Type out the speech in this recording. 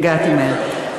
הגעתי מהר.